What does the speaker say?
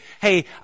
hey